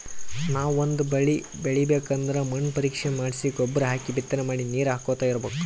ನಾವ್ ಒಂದ್ ಬಳಿ ಬೆಳಿಬೇಕ್ ಅಂದ್ರ ಮಣ್ಣ್ ಪರೀಕ್ಷೆ ಮಾಡ್ಸಿ ಗೊಬ್ಬರ್ ಹಾಕಿ ಬಿತ್ತನೆ ಮಾಡಿ ನೀರ್ ಹಾಕೋತ್ ಇರ್ಬೆಕ್